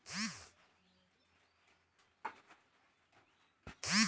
मोहिनी पूछाले कि ताडेर तेल सबसे ज्यादा कुहाँ पैदा ह छे